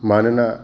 मानोना